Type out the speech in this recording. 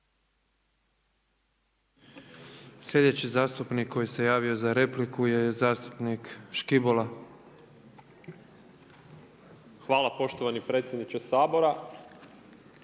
Hvala poštovani predsjedniče Sabora.